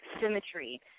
symmetry